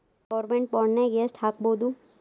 Government ಬಾಂಡ್ನಾಗ್ ಯೆಷ್ಟ್ ಹಾಕ್ಬೊದು?